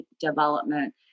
development